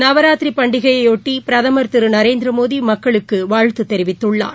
நவராத்திரி பண்டிகையொட்டி பிரதமர் திரு நரேந்திரமோடி மக்களுக்கு வாழ்த்து தெரிவித்துள்ளார்